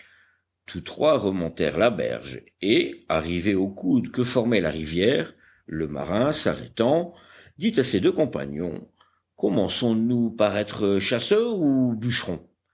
tous trois remontèrent la berge et arrivés au coude que formait la rivière le marin s'arrêtant dit à ses deux compagnons commençons nous par être chasseurs ou bûcherons